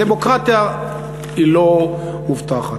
דמוקרטיה היא לא מובטחת.